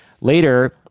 later